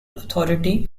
authority